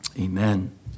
Amen